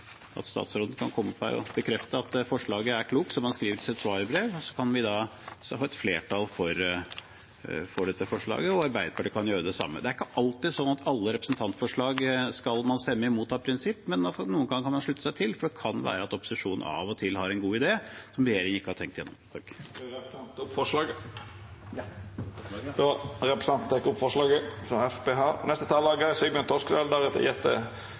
at statsråden kan komme opp og bekrefte at forslaget er klokt, som han skriver i sitt svarbrev, slik at kan vi få et flertall for dette forslaget, og Arbeiderpartiet kan gjøre det samme. Det er ikke alltid sånn at alle representantforslag skal man stemme imot av prinsipp. Noen kan man slutte seg til, for det kan være at opposisjonen av og til har en god idé som regjeringen ikke har tenkt igjennom. Jeg tar opp forslaget fra Fremskrittspartiet. Representanten Christian Tybring-Gjedde har teke opp det forslaget han refererte til. Jeg har